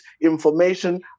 information